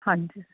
ਹਾਂਜੀ